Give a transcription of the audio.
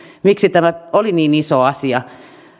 miksi tämä oli niin iso asia